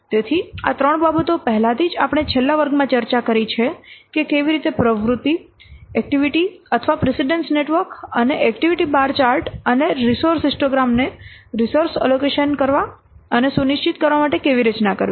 તેથી આ ત્રણ બાબતો પહેલાથી જ આપણે છેલ્લા વર્ગમાં ચર્ચા કરી છે કે કેવી રીતે પ્રવૃત્તિ એક્ટિવિટી અથવા પ્રિસીડન્સ નેટવર્ક નેટવર્ક અને એક્ટિવિટી બાર ચાર્ટ અને રિસોર્સ હિસ્ટોગ્રામ ને રિસોર્સ એલોકેશન કરવા અને સુનિશ્ચિત કરવા માટે કેવી રચના કરવી